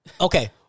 okay